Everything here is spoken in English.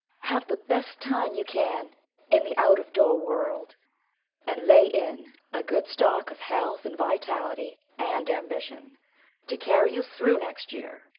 have the best time you can in the out-of-door world and lay in a good stock of health and vitality and ambition to carry you through next year.